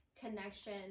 connection